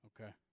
Okay